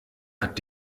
hat